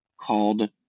called